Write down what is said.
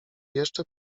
jeszcze